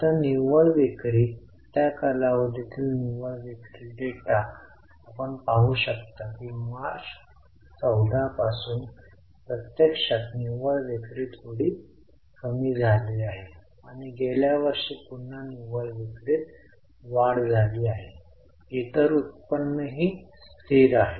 आता निव्वळ विक्री त्या कालावधी तील निव्वळ विक्री डेटा आपण पाहू शकता की मार्च 14 पासून प्रत्यक्षात निव्वळ विक्री थोडी कमी झाली आहे आणि गेल्या वर्षी पुन्हा निव्वळ विक्रीत वाढ झाली आहे इतर उत्पन्नही स्थिर आहे